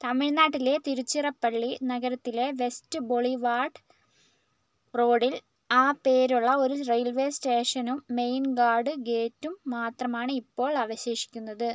തമിഴ്നാട്ടിലെ തിരുച്ചിറപ്പള്ളി നഗരത്തിലെ west boulevard റോഡിൽ ആ പേരുള്ള ഒരു റെയിൽവേ സ്റ്റേഷനും മെയിൻ ഗാർഡ് ഗേറ്റും മാത്രമാണ് ഇപ്പോൾ അവശേഷിക്കുന്നത്